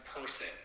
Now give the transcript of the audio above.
person